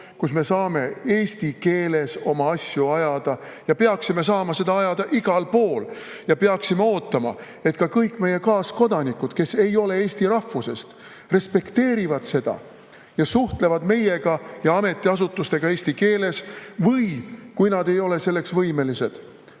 kus me saame eesti keeles oma asju ajada, ja peaksime saama neid siin ajada igal pool. Ja peaksime ootama, et ka kõik meie kaaskodanikud, kes ei ole eesti rahvusest, respekteerivad seda ja suhtlevad meiega ja ametiasutustega eesti keeles, või kui nad ei ole selleks võimelised